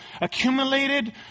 accumulated